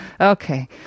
Okay